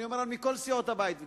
אני אומר מכל סיעות הבית,